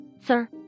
sir